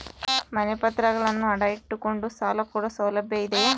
ಮನೆ ಪತ್ರಗಳನ್ನು ಅಡ ಇಟ್ಟು ಕೊಂಡು ಸಾಲ ಕೊಡೋ ಸೌಲಭ್ಯ ಇದಿಯಾ?